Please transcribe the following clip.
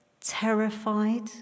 terrified